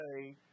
say